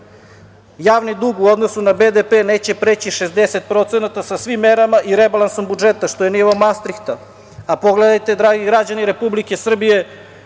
dug u odnosu na BDP neće preći 60% sa svim merama i rebalansom budžeta, što je nivo Mastrihta. Pogledajte dragi građani Republike Srbije,